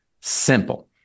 Simple